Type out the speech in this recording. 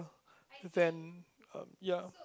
than um yeah